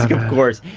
like of course.